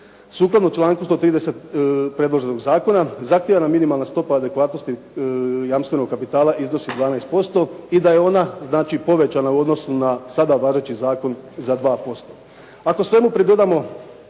Sukladno članku 130. predloženog zakona zahtijevana minimalna stopa adekvatnosti jamstvenog kapitala iznosi 12% i da je ona znači povećana u odnosu na sada važeći zakon za 2%.